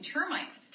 Termites